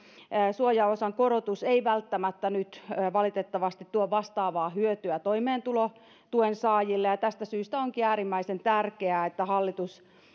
suojaosan korotus ei välttämättä nyt valitettavasti tuo vastaavaa hyötyä toimeentulotuen saajille ja tästä syystä onkin äärimmäisen tärkeää että hallitus